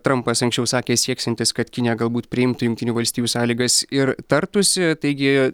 trampas anksčiau sakė sieksiantis kad kinija galbūt priimtų jungtinių valstijų sąlygas ir tartųsi taigi